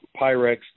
Pyrex